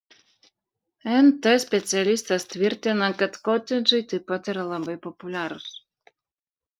nt specialistas tvirtina kad kotedžai taip pat yra labai populiarūs